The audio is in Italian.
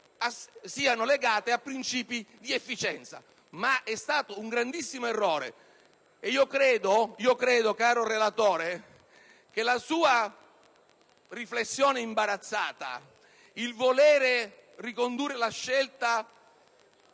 siano legate a princìpi di efficienza. Ma è stato un grandissimo errore. Io credo, caro relatore, che la sua riflessione imbarazzata, il voler ricondurre la sua